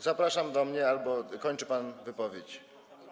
Zapraszam do mnie albo kończy pan wypowiedź.